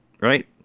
right